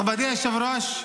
מכובדי היושב-ראש,